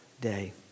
day